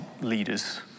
leaders